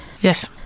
yes